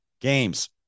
games